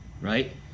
Right